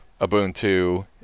Ubuntu